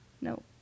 No